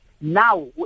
now